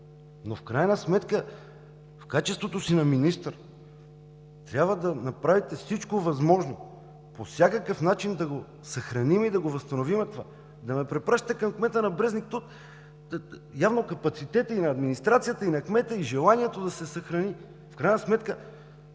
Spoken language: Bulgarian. Но в крайна сметка в качеството си на министър трябва да направите всичко възможно по всякакъв начин да го съхраним и да го възстановим. Да ме препращате към кмета на Брезник – явно капацитетът и на администрацията, и на кмета, и желанието да се съхрани, в крайна сметка